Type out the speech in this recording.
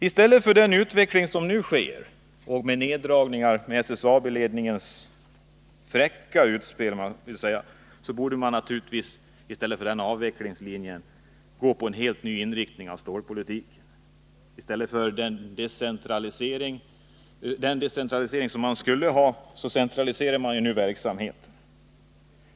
I stället för avvecklingslinjen med nedläggningar och med SSAB ledningens fräcka utspel borde man naturligtvis ha en helt ny inriktning av stålpolitiken. Men i stället för den decentralisering som man skulle ha centraliserar man ju nu verksamheten.